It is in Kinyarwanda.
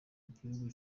gihugu